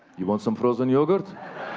you want some frozen yogurt?